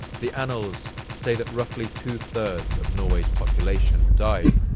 the annals say that roughly two-thirds of norway's population died,